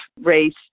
race